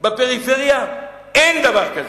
בפריפריה אין דבר כזה.